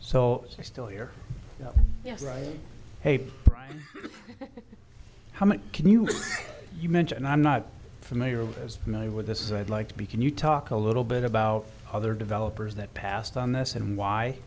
so they're still here yes right hate crime how many can you you mentioned i'm not familiar with as familiar with this is i'd like to be can you talk a little bit about other developers that passed on this and why